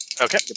Okay